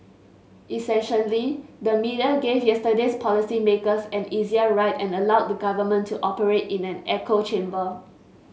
essentially the media gave yesterday's policy makers an easier ride and allowed the government to operate in an echo chamber